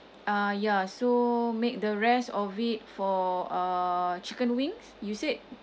uh ya so make the rest of it for uh chicken wings you said